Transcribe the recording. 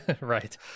Right